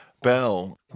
Bell